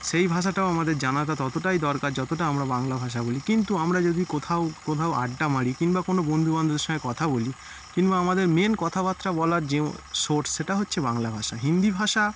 সেই ভাষাটাও আমাদের জানাটা ততটাই দরকার যতটা আমরা বাংলা ভাষা বলি কিন্তু আমরা যদি কোথাও কোথাও আড্ডা মারি কিংবা কোনো বন্ধুবান্ধবদের সঙ্গে কথা বলি কিংবা আমাদের মেন কথাবার্তা বলার যে সোর্স সেটা হচ্ছে বাংলা ভাষা হিন্দি ভাষা